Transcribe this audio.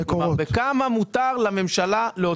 כלומר, בכמה מותר לממשלה להוציא.